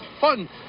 Fun